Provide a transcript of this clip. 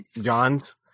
johns